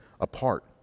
apart